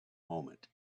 moment